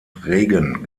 regen